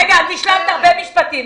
רגע, את השלמת הרבה משפטים.